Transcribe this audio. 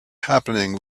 happening